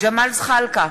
ג'מאל זחאלקה,